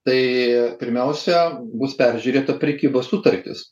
tai pirmiausia bus peržiūrėta prekybos sutartis